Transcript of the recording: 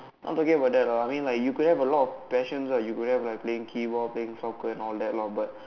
not talking about that lah I mean like you could have a lot of passions ah you could have like playing keyboard playing soccer and all that lah but